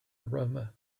aroma